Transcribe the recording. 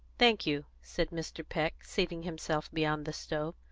thank you, said mr. peck, seating himself beyond the stove.